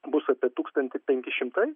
bus apie tūkstantį penki šimtai